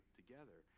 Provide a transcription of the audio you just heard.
together